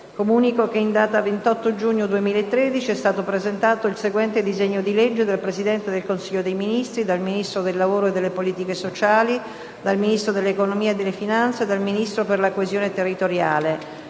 Comunico che in data 28 giugno 2013 è stato presentato il seguente disegno di legge: *dal Presidente del Consiglio dei ministri, dal Ministro del lavoro e delle politiche sociali, dal Ministro dell'economia e delle finanze e dal Ministro per la coesione territoriale:*